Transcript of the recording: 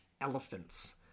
elephants